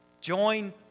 Join